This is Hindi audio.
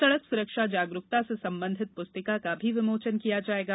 सड़क सुरक्षा जागरुकता से संबंधित पुस्तिका का भी विमोचन किया जाएगा